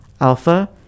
Alpha